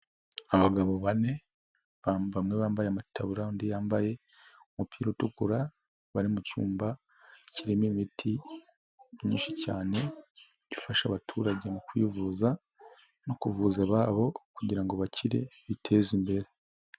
Abagabo bane bamwe bambaye amataburiya, undi yambaye umupira utukura bari mucyumba kirimo imiti myinshi cyane ifasha abaturage mu kwivuza no kuvuza ababo kugirango bakire biteze imbere.